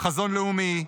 חזון לאומי,